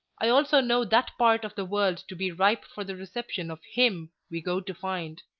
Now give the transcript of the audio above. i also know that part of the world to be ripe for the reception of him we go to find.